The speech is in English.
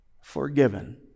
forgiven